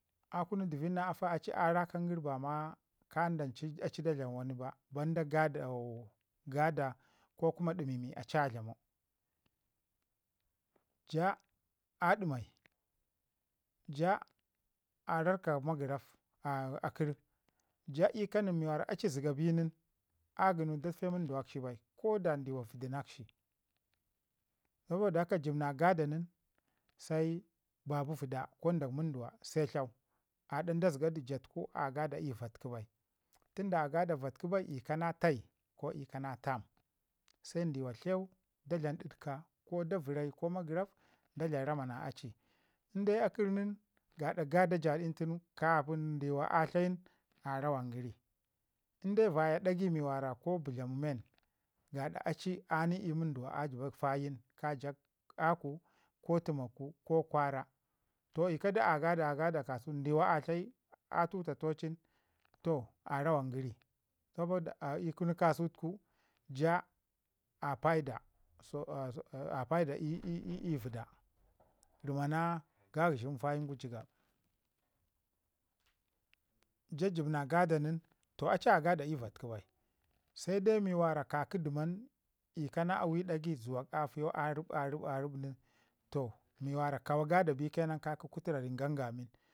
a kunu dəvid na afa a rakan gəri ba ma ka dan ci a ci da dlam wani ba banda o gaɗa ko kuma numi mi aci a jamau, jaa a ɗimai a raika magəraf akər Jaa i ka nin mi wara a ci zəga bi nin a gənu da tufai ii munduwakshi bai ko da nduwa vəjinakshi, Soboda haka jəb na gaɗa nin baci vəda ko baci munduwa se tlau a ɗa da zəgadu jaa tuku a gaɗa i vatku bai, tunda a gada vatku bai ii ka na tai ko i ka na tam se ndiwa tleu sa dlam ditka ko da vərai ko magəraf da dlam rama na aci, inde akər nin kəma gada jaadin tun kapin ndiwa a tlayin a rawan gəri in de vaya dagai mi ko bətlamu men guɗa a ci a ni munduwa a joba fayin kə jak aku, ko təmaku, ko kwaara toh i ka du a gada a gada kasau ndiwa kəmadu nin a tuta tocin toh a rawan əri sabo da haka i kunu ka su tuku. Jaa a paida "so a so a" paida ii vəda, rəmana gagəshin fayin gu jigab. Jaa jibna gada nin toh a ci a gada i vatkun bai se de mi wara ka ki dəman ii ka na awi dagai zuwak a fiyau a rəb a rəb a rəb nin, toh mi wara kawa gada bai ke nan ka ki kutirarin gongamin.